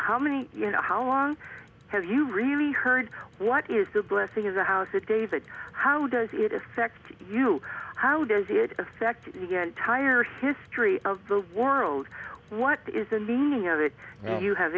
how many how long have you really heard what is the blessing of the house of david how does it affect you how does it affect your entire history of the world what is the meaning of it you have